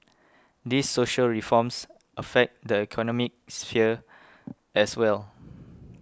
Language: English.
these social reforms affect the economic sphere as well